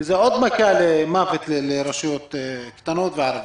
כי זה עוד מכת מוות לרשויות קטנות וערביות.